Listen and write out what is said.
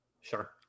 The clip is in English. Sure